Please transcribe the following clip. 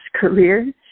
career